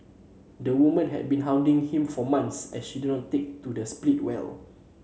the woman had been hounding him for months as she did not take their split well